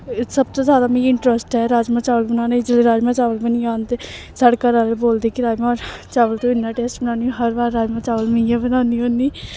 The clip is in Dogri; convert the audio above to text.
सब तू ज्यादा मिगी इंटरस्ट ऐ राजमांह् चावल बनाने जिसलै राजमां चावल बनी जान ते साढ़े घर आह्ले बोलदे कि राजमांह् चावल ते इन्ना टेस्ट बनानी हो हर बार राजमांह् चावल मी गै बनानी होन्नी